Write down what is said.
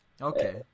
Okay